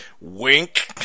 Wink